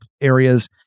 areas